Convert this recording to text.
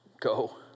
Go